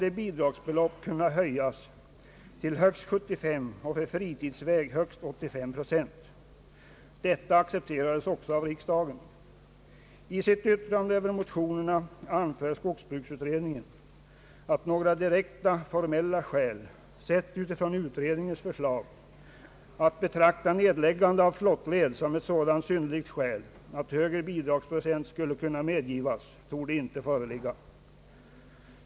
I sitt yrkande över motionerna anför skogsbruksutredningen att några direkt formella skäl, sett utifrån utredningens förslag, att betrakta nedläggande av flottled som ett sådant synnerligt skäl att högre bidragsprocent skulle kunna medgivas, torde inte föreligga.